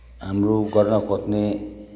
हाम्रो गर्न खोज्ने